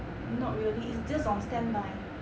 not really it's just on standby